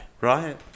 right